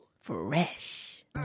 fresh